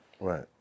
Right